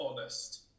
honest